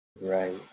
right